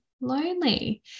lonely